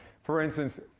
for instance,